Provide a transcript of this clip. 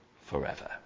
forever